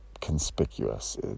conspicuous